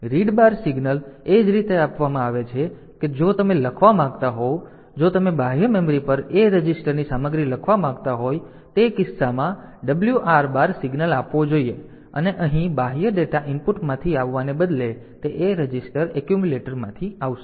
તેથી read bar signal એ જ રીતે આપવામાં આવે છે કે જો તમે લખવા માંગતા હોવ અને જો તમે બાહ્ય મેમરી પર A રજિસ્ટરની સામગ્રી લખવા માંગતા હોવ તો તેથી તે કિસ્સામાં WR બાર સિગ્નલ આપવો જોઈએ અને અહીં બાહ્ય ડેટા ઇનપુટમાંથી આવવાને બદલે તે A રજિસ્ટર એક્યુમ્યુલેટરમાંથી આવશે